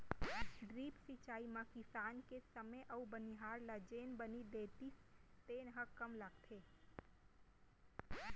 drip सिंचई म किसान के समे अउ बनिहार ल जेन बनी देतिस तेन ह कम लगथे